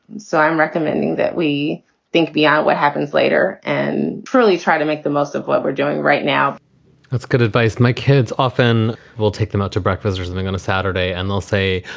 so i'm recommending that we think the out what happens later and truly try to make the most of what we're doing right now that's good advice. my kids, often we'll take them out for breakfast or something on a saturday and they'll say,